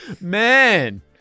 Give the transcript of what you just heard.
man